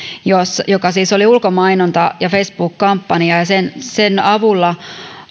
joka siis oli ulkomainonta ja facebook kampanja ja sen sen avulla